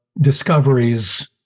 discoveries